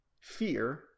fear